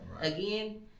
Again